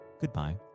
goodbye